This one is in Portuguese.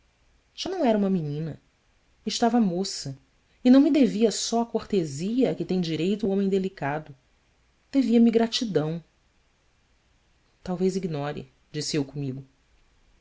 já não era uma menina estava moça e não me devia só a cortesia a que tem direito o homem delicado devia me gratidão alvez ignore disse eu comigo